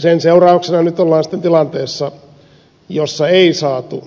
sen seurauksena nyt ollaan sitten tilanteessa jossa ei saatu